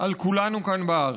על כולנו כאן בארץ.